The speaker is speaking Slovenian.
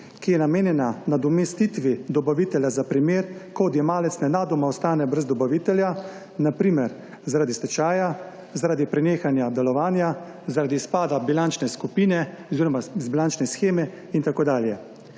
ki je namenjena nadomestitvi dobavitelja za primer, ko odjemalec nenadoma ostane brez dobavitelja, na primer zaradi stečaja, prenehanja delovanja, izpada iz bilančne sheme in tako dalje.